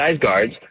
guards